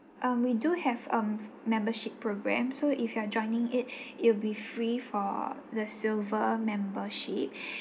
um we do have um membership programme so if you are joining it it'll be free for the silver membership